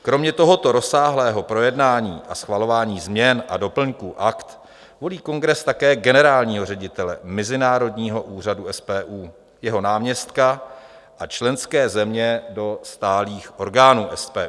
Kromě tohoto rozsáhlého projednání a schvalování změn a doplňků akt volí kongres také generálního ředitele mezinárodního úřadu SPU, jeho náměstka a členské země do stálých orgánů SPU.